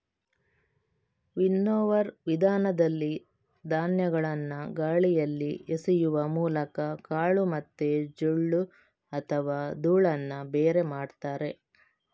winnower ವಿಧಾನದಲ್ಲಿ ಧಾನ್ಯಗಳನ್ನ ಗಾಳಿಯಲ್ಲಿ ಎಸೆಯುವ ಮೂಲಕ ಕಾಳು ಮತ್ತೆ ಜೊಳ್ಳು ಅಥವಾ ಧೂಳನ್ನ ಬೇರೆ ಮಾಡ್ತಾರೆ